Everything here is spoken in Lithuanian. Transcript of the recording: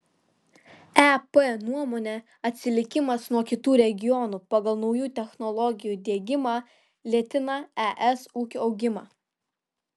ep nuomone atsilikimas nuo kitų regionų pagal naujų technologijų diegimą lėtina es ūkio augimą